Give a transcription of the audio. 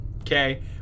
Okay